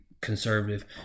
conservative